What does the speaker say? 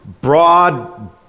broad